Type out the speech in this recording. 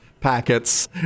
packets